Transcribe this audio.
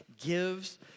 gives